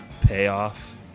payoff